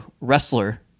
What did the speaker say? wrestler